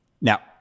Now